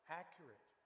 accurate